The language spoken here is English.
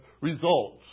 results